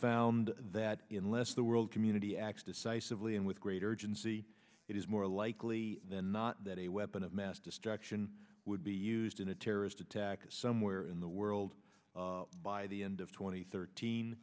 found that in less the world community acts decisively and with greater urgency it is more likely than not that a weapon of mass destruction would be used in a terrorist attack somewhere in the world by the end of tw